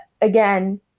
again